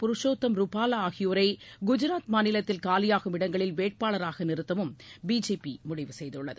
புருஷோத்தம் ருபாலா ஆகியோரை குஜராத் மாநிலத்தில் காலியாகும் இடங்களில் வேட்பாளர்களாக நிறுத்தவும் பிஜேபி முடிவு செய்துள்ளது